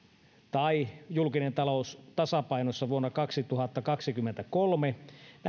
julkinen talous tasapainossa vuonna kaksituhattakaksikymmentäkolme